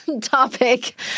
topic